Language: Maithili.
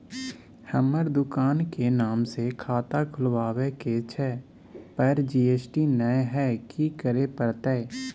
हमर दुकान के नाम से खाता खुलवाबै के छै पर जी.एस.टी नय हय कि करे परतै?